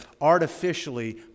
artificially